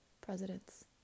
presidents